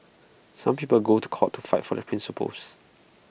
some people go to court to fight for their principles